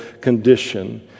condition